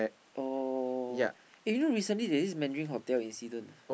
oh eh you know recently there is this Mandarin-Hotel incident ah